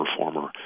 performer